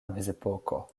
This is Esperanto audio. mezepoko